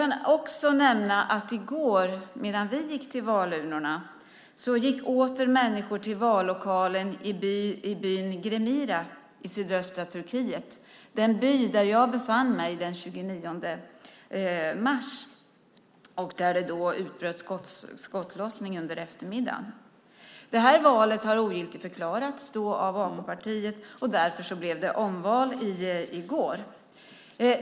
Jag kan nämna att i går, medan vi gick till valurnorna, gick åter människor till vallokalen i byn Giremira i sydöstra Turkiet. Det var i den byn jag befann mig den 29 mars, då det utbröt skottlossning under eftermiddagen. Valet har ogiltigförklarats av AK-partiet, och därför blev det omval i går.